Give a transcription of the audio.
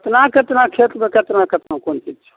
केतना केतना खेतमे केतना केतना कोन चीज छै